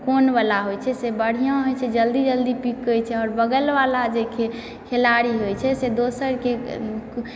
क़ोन वला होइ छै से बढ़िऑं होइ छै जल्दी जल्दी पीकै छै आओर बगल वला जे खेलाड़ी होइ छै से दोसर के